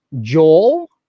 Joel